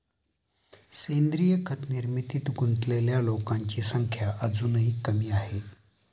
सेंद्रीय खत निर्मितीत गुंतलेल्या लोकांची संख्या अजूनही कमी आहे